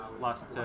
last